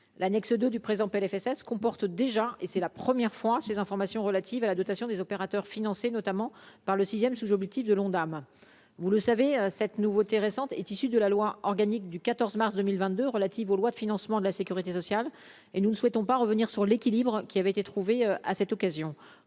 l'annexe 2 du présent Plfss comporte déjà et c'est la première fois les informations relatives à la dotation des opérateurs financée notamment par le sixième sous l'objectif de l'Ondam, vous le savez, cette nouveauté récente est issu de la loi organique du 14 mars 2022 relative aux lois de financement de la Sécurité sociale et nous ne souhaitons pas revenir sur l'équilibre qui avait été trouvé à cette occasion